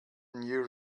new